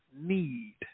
need